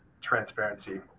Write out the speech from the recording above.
transparency